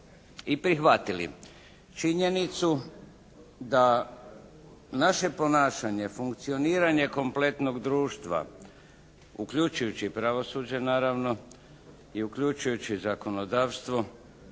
i prihvatili činjenicu da naše ponašanje, funkcioniranje kompletnog društva uključujući i pravosuđe naravno i, uključujući zakonodavstvo